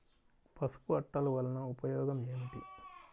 పసుపు అట్టలు వలన ఉపయోగం ఏమిటి?